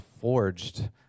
forged